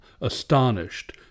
astonished